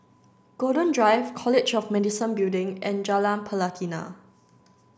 Golden Drive College of Medicine Building and Jalan Pelatina